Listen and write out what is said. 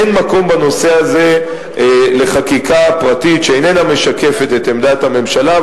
אין מקום בנושא הזה לחקיקה פרטית שאיננה משקפת את עמדת הממשלה.